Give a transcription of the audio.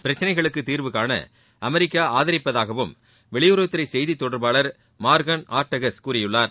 பிரச்சினைகளுக்கு தீர்வுகாண அமெரிக்கா ஆதரிப்பதாகவும் வெளியுறவுத்துறை செய்தித் தொடர்பாளர் மார்கன் ஆர்ட்டகஸ் கூறினார்